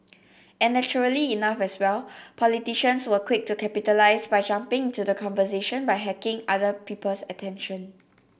and naturally enough as well politicians were quick to capitalise by jumping into the conversation by hacking other people's attention